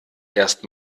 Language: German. erst